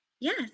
Yes